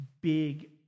big